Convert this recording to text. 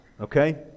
Okay